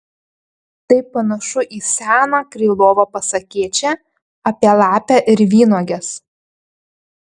tai panašu į seną krylovo pasakėčią apie lapę ir vynuoges